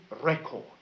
record